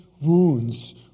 wounds